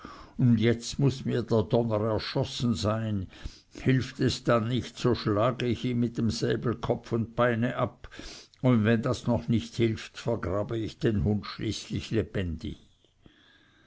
und jetzt muß mir der donner erschossen sein hilft es dann nicht so schlage ich ihm mit dem säbel kopf und beine ab und wenn das noch nicht hilft vergrabe ich den hund schließlich lebendig